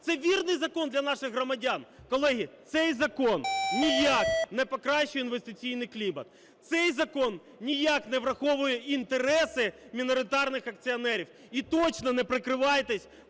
Це вірний закон для наших громадян. Колеги, цей закон ніяк не покращує інвестиційний клімат. Цей закон ніяк не враховує інтереси міноритарних акціонерів. І точно не прикривайтесь,